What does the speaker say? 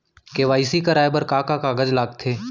KYC कराये बर का का कागज लागथे?